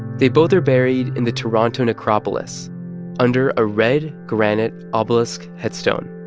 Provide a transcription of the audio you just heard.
they both are buried in the toronto necropolis under a red granite obelisk headstone